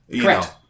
Correct